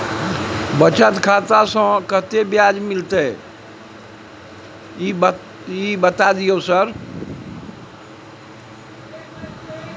बचत खाता में कत्ते ब्याज मिलले ये सर बता दियो?